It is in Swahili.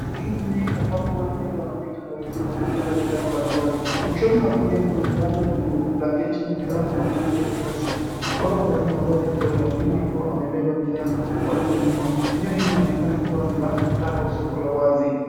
Ni shughuli nyingi ambapo watu wengi wanapita wengine wakiuza bidhaa mbalimbali, kushoto na kulia kuna vibanda vya nguo, blanketi na bidhaa vya matumizi vya kila siku. Watu wamevalia mavazi ya kawaida wengine wakiwa wamebeba bihaa walizonunua, eneo hili linaonekana kuwa ni la mtaa au soko la wazi.